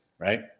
Right